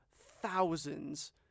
thousands